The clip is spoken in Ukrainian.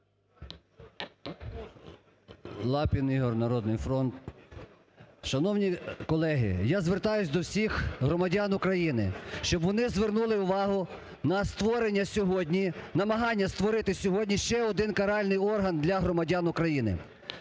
Шановні колеги, я звертаюся до всіх громадян України, щоб вони звернули увагу на створення сьогодні, намагання створити сьогодні ще один каральний орган для громадян України.